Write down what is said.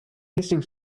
hissing